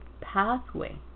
pathway